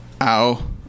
ow